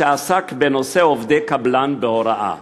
שעסק בנושא עובדי קבלן בהוראה.